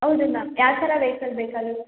ಹೌದು ರೀ ಮ್ಯಾಮ್ ಯಾವ ಥರ ವೆಯ್ಕಲ್ ಬೇಕಾಗಿತ್ತು